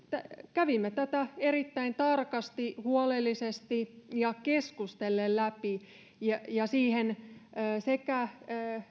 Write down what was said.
kävimme tätä erittäin tarkasti huolellisesti ja keskustellen läpi ja ja siihen sekä